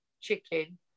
chicken